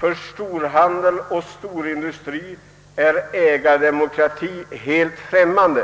För storhandeln och storindustrien är ägardemokrati helt främmande.